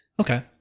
Okay